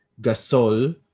Gasol